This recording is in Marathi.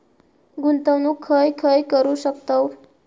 गुंतवणूक खय खय करू शकतव?